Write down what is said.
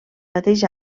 mateix